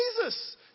Jesus